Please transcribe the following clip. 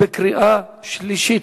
10, אין מתנגדים, אין נמנעים.